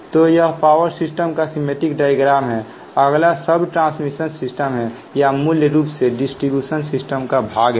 तो यह power system का सीमेटिक डायग्राम है अगला सब ट्रांसमिशन सिस्टम है या मूल्य रूप से डिस्ट्रीब्यूशन सिस्टम का भाग है